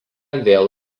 vėl